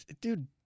dude